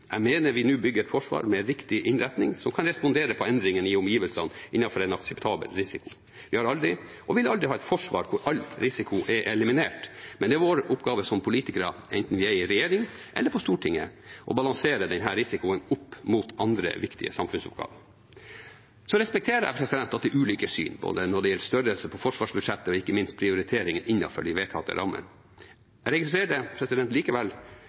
Jeg mener vi nå bygger et forsvar med riktig innretning, som kan respondere på endringene i omgivelsene innenfor en akseptabel risiko. Vi har aldri hatt, og vil aldri ha, et forsvar hvor all risiko er eliminert, men det er vår oppgave som politikere, enten vi er i regjering eller på Stortinget, å balansere denne risikoen opp mot andre viktige samfunnsoppgaver. Så respekterer jeg at det er ulike syn, både når det gjelder størrelse på forsvarsbudsjettet og ikke minst prioriteringer innenfor de vedtatte rammene. Jeg registrerer likevel at det